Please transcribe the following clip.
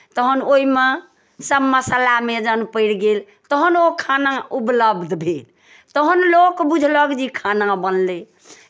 तखन ओहिमे सभ मसाला मेजन पड़ि गेल तहन ओ खाना उपलब्ध भेल तहन लोक बुझलक जे ई खाना बनलै